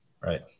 right